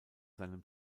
seinem